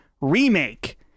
remake